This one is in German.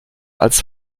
als